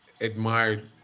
admired